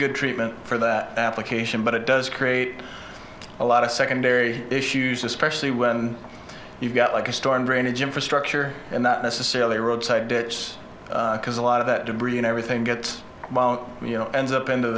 good treatment for that application but it does create a lot of secondary issues especially when you've got like a storm drainage infrastructure and not necessarily road side because a lot of that debris and everything gets you know ends up into